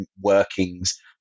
workings